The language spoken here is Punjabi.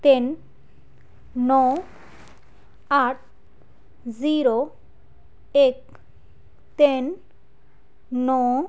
ਤਿੰਨ ਨੌਂ ਅੱਠ ਜੀਰੋ ਇੱਕ ਤਿੰਨ ਨੌਂ